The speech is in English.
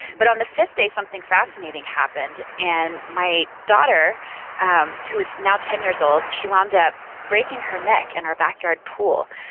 but on the fifth day something fascinating happened, and my daughter um who is now ten years old, she wound up breaking her neck in our backyard pool.